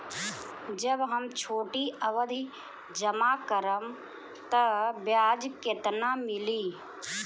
जब हम छोटी अवधि जमा करम त ब्याज केतना मिली?